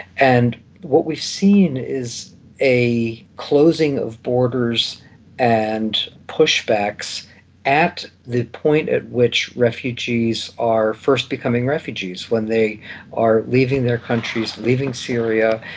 and what we've seen is a closing of borders and push-backs at the point at which refugees are first becoming refugees, when they are leaving their countries, leaving syria.